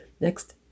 next